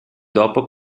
dopo